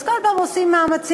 אז כל פעם עושים מאמצים,